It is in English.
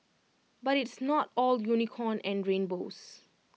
but it's not all unicorn and rainbows